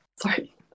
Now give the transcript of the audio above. sorry